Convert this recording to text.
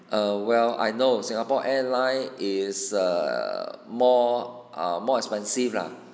err well I know singapore airline is err more a more expensive lah